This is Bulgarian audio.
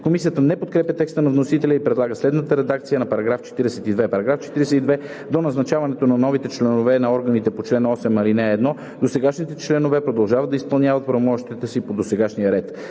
Комисията не подкрепя текста на вносителя и предлага следната редакция на § 42: „§ 42. До назначаването на новите членове на органите по чл. 8, ал. 1 досегашните членове продължават да изпълняват правомощията си по досегашния ред.“